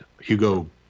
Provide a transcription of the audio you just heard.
hugo